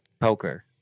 poker